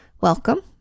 welcome